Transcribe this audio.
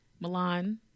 Milan